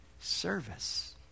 service